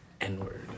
N-word